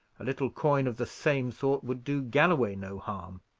a little coin of the same sort would do galloway no harm.